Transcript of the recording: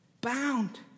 Bound